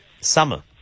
summer